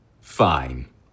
Fine